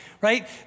right